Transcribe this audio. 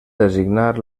designar